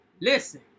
listen